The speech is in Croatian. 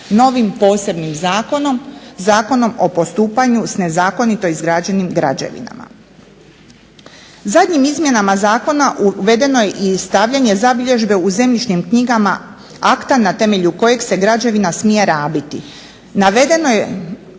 Zadnjim izmjenama zakona uvedeno je i stavljanje zabilježbe u zemljišnim knjigama akta na temelju kojeg se građevina smije rabiti.